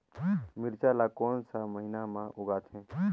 मिरचा ला कोन सा महीन मां उगथे?